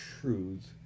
truth